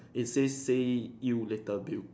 it says say you later Bill